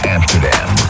Amsterdam